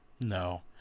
no